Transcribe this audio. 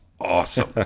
awesome